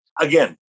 again